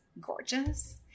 gorgeous